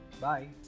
Bye